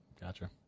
gotcha